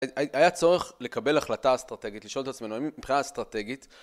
היה צורך לקבל החלטה אסטרטגית, לשאול את עצמנו, מבחינה אסטרטגית.